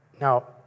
Now